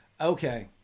Okay